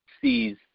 sees